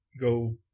go –